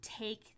take